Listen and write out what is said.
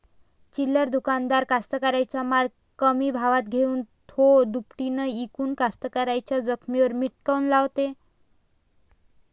चिल्लर दुकानदार कास्तकाराइच्या माल कमी भावात घेऊन थो दुपटीनं इकून कास्तकाराइच्या जखमेवर मीठ काऊन लावते?